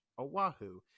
Oahu